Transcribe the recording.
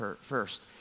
first